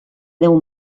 deu